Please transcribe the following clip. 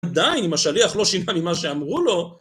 עדיין, אם השליח לא שינה ממה שאמרו לו.